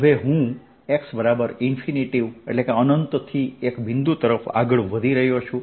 હવે હું x અનંત થી એક બિંદુ તરફ આગળ વધી રહ્યો છું